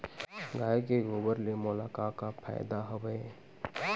गाय के गोबर ले मोला का का फ़ायदा हवय?